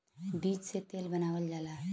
बीज से तेल बनावल जाला